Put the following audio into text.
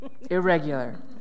Irregular